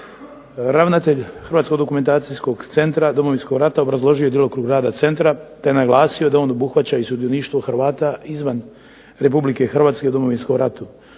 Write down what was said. Ravnatelj Hrvatsko-dokumentacijskog centra Domovinskog rata obrazložio je djelokrug rada centra, te naglasio da on obuhvaća sudioništvo Hrvata izvan Republike Hrvatske u Domovinskom ratu.